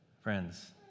Friends